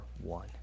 one